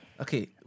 Okay